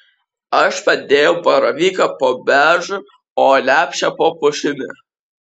aš padėjau baravyką po beržu o lepšę po pušimi